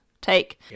take